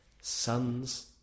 sons